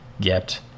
get